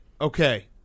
Okay